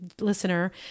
listener